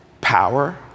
power